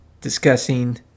discussing